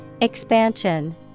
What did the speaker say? Expansion